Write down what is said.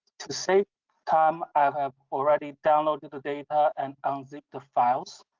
to save time i've ah already downloaded the data and unzipped the files.